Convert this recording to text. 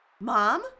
Mom